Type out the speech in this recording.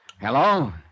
Hello